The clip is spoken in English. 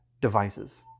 devices